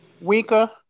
Weaker